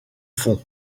fond